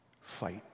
fight